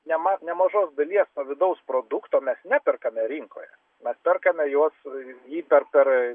nema nemažos dalies vidaus produkto mes neperkame rinkoje mes perkame juos jį per per